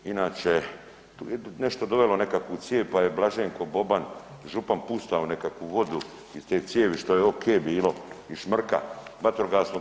Inače, tu je nešto dovelo nekakvu cijev, pa je Blaženko Boban, župan, puštao nekakvu vodu iz te cijevi što je okej bilo iz šmrka vatrogasnog.